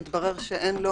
מתברר שאין לו